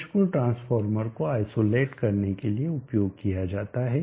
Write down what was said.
push pull transformer को isolate करने के लिए उपयोग किया जाता है